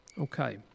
Okay